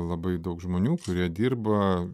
labai daug žmonių kurie dirba